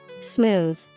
Smooth